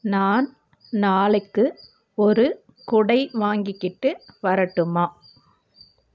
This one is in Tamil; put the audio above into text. நான் நாளைக்கு ஒரு குடை வாங்கிக்கிட்டு வரட்டுமா